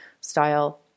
style